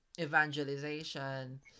evangelization